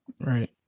Right